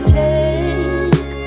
take